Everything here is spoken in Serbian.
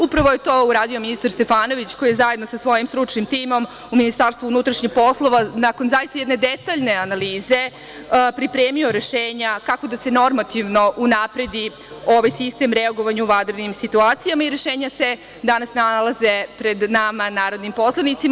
Upravo je to uradio ministar Stefanović, koji je zajedno sa svojim stručnim timom u Ministarstvu unutrašnjih poslova, nakon zaista jedne detaljne analize, pripremio rešenja kako da se normativno unapredi ovaj sistem reagovanja u vanrednim situacijama i rešenja se danas nalaze pred nama, narodnim poslanicima.